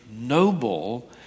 noble